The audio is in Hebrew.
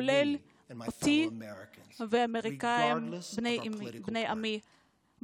ובהם לי ולבני עמי,